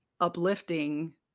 uplifting